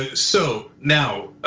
ah so now,